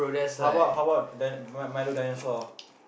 how about how about that milo dinosaur